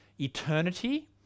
eternity